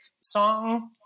song